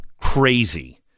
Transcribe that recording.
crazy